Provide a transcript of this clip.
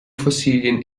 fossilien